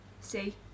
See